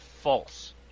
false